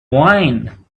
wine